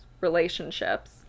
relationships